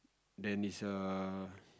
then it's err